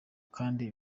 kandi